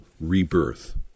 rebirth